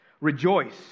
rejoice